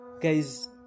Guys